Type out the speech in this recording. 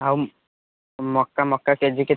ଆଉ ମକା ମକା କେଜି କେତେ